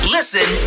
Listen